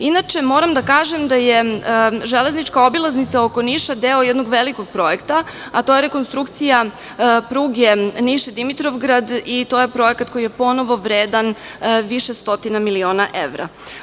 Inače, moram da kažem da je železnička obilaznica oko Niša deo jednog velikog projekta, a to je rekonstrukcija pruge Niš-Dimitrovgrad, i to je projekat koji je ponovo vredan više stotina miliona evra.